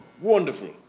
wonderful